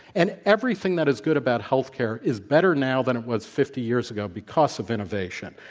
and everything that is good about healthcare is better now than it was fifty years ago because of innovation.